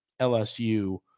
LSU